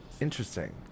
Interesting